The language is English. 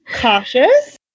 cautious